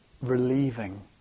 relieving